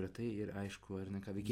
retai ir aišku ar ne ką veiki